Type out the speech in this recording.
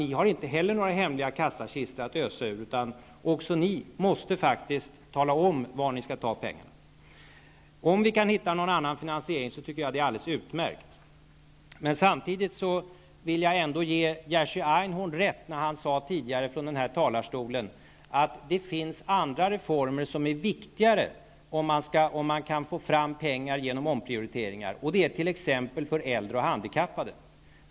Inte heller ni har ju några hemliga kassakistor att ösa ur, så även ni måste faktiskt tala om var ni skall ta pengarna. Om vi kan hitta en annan finansiering är det alldeles utmärkt. Men samtidigt vill jag ge Jerzy Einhorn rätt. Han sade tidigare här i talarstolen att det finns andra reformer som är viktigare, om det bara går att få fram pengar genom omprioriteringar. Det gäller då t.ex. äldre och handikappade.